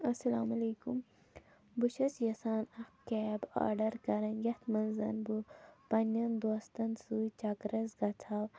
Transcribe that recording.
اَسلامُ علیکُم بہٕ چھَس یژھان اَکھ کیب آرڈَر کَرٕنۍ یَتھ منٛز بہٕ پَنٛنٮ۪ن دوستَن سۭتۍ چَکرَس گژھٕ ہَو